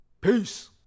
Peace